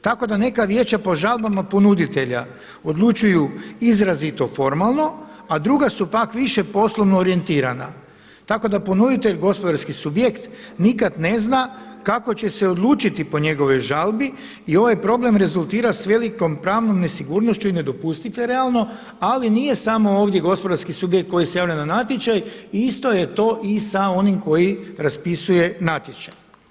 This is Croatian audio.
Tako da neka vijeća po žalbama ponuditelja odlučuju izrazito formalno, a druga su pak više poslovno orijentirana, tako da ponuditelj gospodarski subjekt nikad ne zna kako će se odlučiti po njegovoj žalbi i ovaj problem rezultira s velikom pravnom nesigurnošću i nedopustiv je realno, ali nije samo ovdje gospodarski subjekt koji se javlja na natječaj i isto je to i sa onim koji raspisuje natječaj.